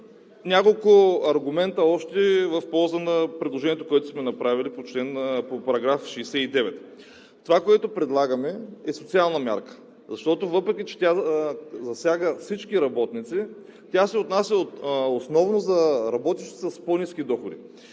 няколко аргумента в полза на предложението, което сме направили по § 69. Това, което предлагаме, е социална мярка. Защото, въпреки че тя засяга всички работници, се отнася основно за работещите с по-ниски доходи,